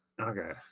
Okay